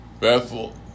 Bethel